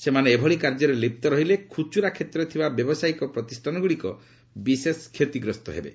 ସେମାନେ ଏଭଳି କାର୍ଯ୍ୟରେ ଲିପ୍ତ ରହିଲେ ଖୁଚୁରା କ୍ଷେତ୍ରରେ ଥିବା ବ୍ୟାବସାୟିକ ପ୍ରତିଷ୍ଠାନଗୁଡ଼ିକ ବିଶେଷ କ୍ଷତିଗ୍ରସ୍ତ ହେବେ